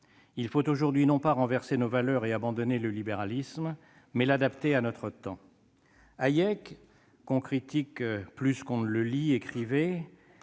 Il faut aujourd'hui non pas renverser nos valeurs et abandonner le libéralisme, mais adapter celui-ci à notre temps. Friedrich Hayek, qu'on critique plus qu'on ne le lit, écrivait